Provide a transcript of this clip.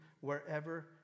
wherever